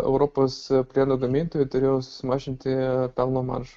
europos plieno gamintojai turėjo susimažinti pelno maržą